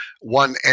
one